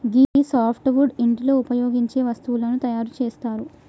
గీ soft wood ఇంటిలో ఉపయోగించే వస్తువులను తయారు చేస్తరు